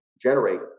generate